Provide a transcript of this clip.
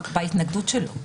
בהתנגדות שלו.